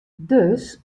dus